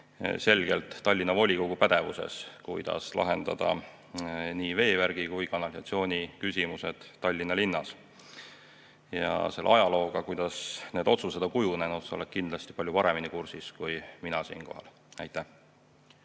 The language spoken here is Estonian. selgelt Tallinna volikogu pädevuses, kuidas lahendada nii veevärgi kui ka kanalisatsiooni küsimused Tallinna linnas. Selle ajalooga, kuidas need otsused on kujunenud, oled sa kindlasti palju paremini kursis kui mina. Aitäh!